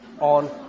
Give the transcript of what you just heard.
on